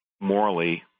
morally